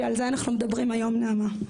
שעל זה אנחנו מדברים היום נעמה.